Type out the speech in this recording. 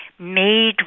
Made